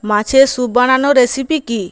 মাছের স্যুপ বানানোর রেসিপি কী